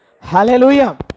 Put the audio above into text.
Hallelujah